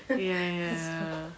ya ya